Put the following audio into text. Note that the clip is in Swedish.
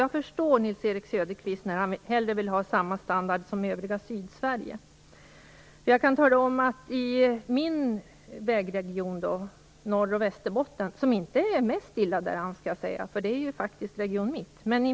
Jag förstår att Nils-Erik Söderqvist hellre vill ha en standard på Dalslands vägar som motsvarar den som finns i det övriga Sydsverige. Västerbotten, är inte den som är allra värst däran - det är region Mitt.